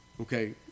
okay